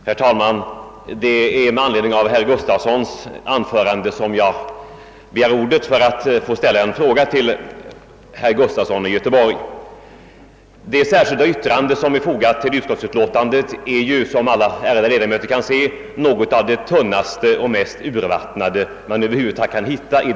Herr talman! Det är med anledning av herr Gustafsons i Göteborg anföran de som jag begärt ordet för att få ställa en fråga till honom. Det särskilda yttrande som är fogat till utskottets utlåtande är, såsom alla ärade ledamöter kan se, något av det tunnaste och det mest urvattnade som vi över huvud taget kan hitta.